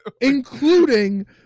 Including